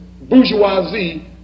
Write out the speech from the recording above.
bourgeoisie